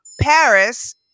Paris